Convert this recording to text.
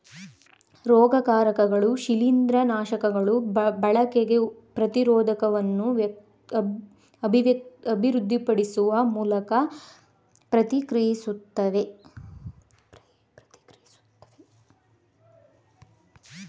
ರೋಗಕಾರಕಗಳು ಶಿಲೀಂದ್ರನಾಶಕಗಳ ಬಳಕೆಗೆ ಪ್ರತಿರೋಧವನ್ನು ಅಭಿವೃದ್ಧಿಪಡಿಸುವ ಮೂಲಕ ಪ್ರತಿಕ್ರಿಯಿಸ್ತವೆ